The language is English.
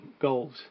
goals